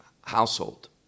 household